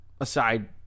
aside